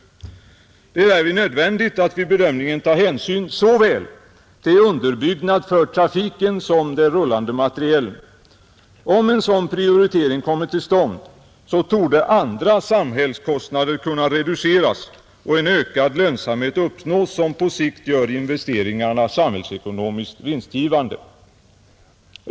Det är nödvändigt att vid bedömningen ta hänsyn såväl till underbyggnad för trafiken som till den rullande materielen. Om en sådan prioritering kommer till stånd torde andra samhällskostnader kunna reduceras och en ökad lönsamhet uppnås som på sikt gör investeringarna samhällsekonomiskt vinstgivande.